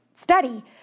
study